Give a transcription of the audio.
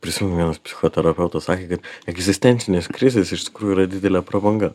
prisimenu vienas psichoterapeutas sakė kad egzistencinės krizės iš tikrųjų yra didelė prabanga